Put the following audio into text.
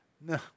No